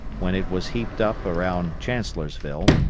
when it was heaped up around chancellorsville,